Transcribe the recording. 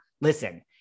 Listen